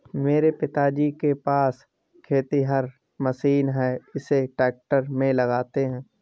मेरे पिताजी के पास खेतिहर मशीन है इसे ट्रैक्टर में लगाते है